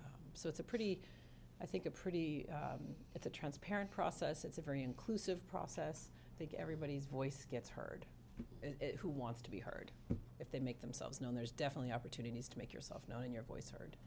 so it's a pretty i think a pretty it's a transparent process it's a very inclusive process i think everybody's voice gets heard who wants to be heard if they make themselves known there's definitely opportunities to make yourself known your voice heard